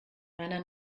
meiner